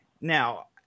Now